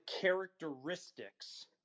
characteristics